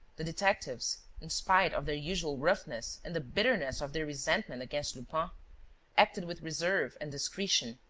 the detectives, in spite of their usual roughness and the bitterness of their resentment against lupin acted with reserve and discretion,